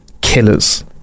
killers